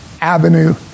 avenue